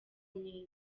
myiza